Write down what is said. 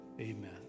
Amen